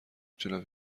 تونم